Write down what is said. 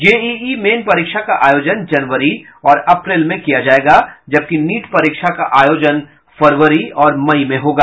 JEE main परीक्षा का आयोजन जनवरी और अप्रैल में किया जाएगा जबकि नीट परीक्षा का आयोजन फरवरी और मई में होगा